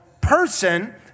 person